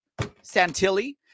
Santilli